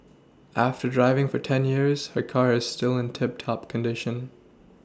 after driving for ten years her car is still in tip top condition